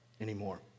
anymore